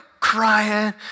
crying